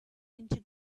into